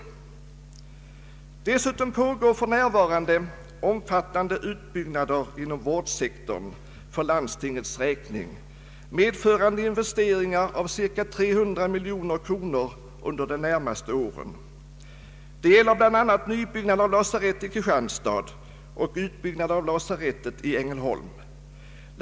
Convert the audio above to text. Dessutom pågår för närvarande omfattande utbyggnader inom vårdsektorn för landstingets räkning medförande investeringar av cirka 300 miljoner kronor under de närmaste åren. Det gäller bl.a. nybyggnad av lasarett i Kristianstad och utbyggnad av lasarettet i Ängelholm. Här kräves betydande nyomställningar och därvid uppstår ökat behov av bostäder.